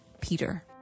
Peter